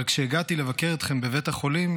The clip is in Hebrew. אבל כשהגעתי לבקר אתכם בבית החולים,